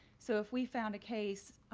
so if we found a case,